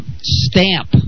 stamp